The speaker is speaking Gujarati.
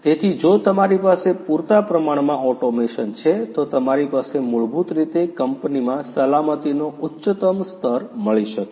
તેથી જો તમારી પાસે પૂરતા પ્રમાણમાં ઓટોમેશન છે તો તમારી પાસે મૂળભૂત રીતે કંપનીમાં સલામતીનો ઉચ્ચતમ સ્તર મળી શકે